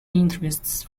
interests